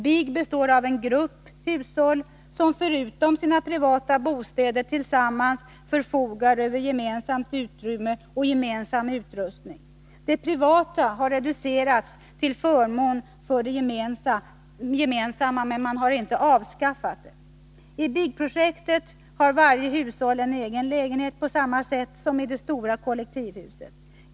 BIG består av en grupp hushåll, som förutom sina privata bostäder tillsammans förfogar över gemensamt utrymme och gemensam utrustning. Det privata har reducerats till förmån för det gemensamma, men man har inte avskaffat det. I BIG-projektet har varje hushåll en egen lägenhet på samma sätt som i det stora kollektivhuset.